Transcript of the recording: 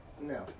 No